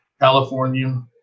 California